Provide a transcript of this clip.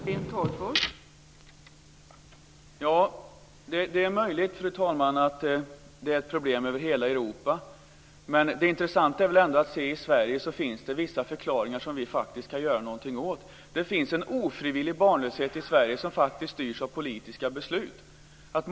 Fru talman! Det är möjligt att det är ett problem över hela Europa. Men det intressanta är väl ändå att det finns vissa förklaringar till detta i Sverige som vi faktiskt kan göra något åt. Det finns en ofrivillig barnlöshet i Sverige som styrs av politiska beslut.